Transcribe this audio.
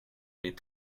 les